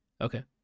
okay